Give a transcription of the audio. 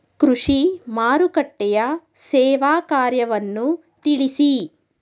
ಕೃಷಿ ಮಾರುಕಟ್ಟೆಯ ಸೇವಾ ಕಾರ್ಯವನ್ನು ತಿಳಿಸಿ?